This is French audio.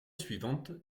suivante